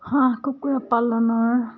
হাঁহ কুকুৰা পালনৰ